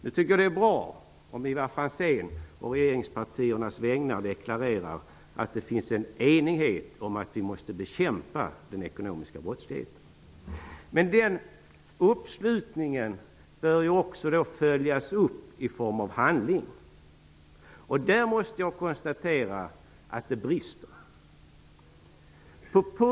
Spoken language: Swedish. Jag tycker att det är bra att Ivar Franzén å regeringspartiernas vägnar deklarerar att det finns en enighet om att vi måste bekämpa den ekonomiska brottsligheten. Den uppslutningen bör följas upp i form av handling. Där måste jag konstatera att det brister.